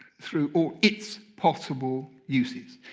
through all its possible uses.